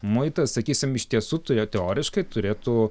muitas sakysim iš tiesų tai jie teoriškai turėtų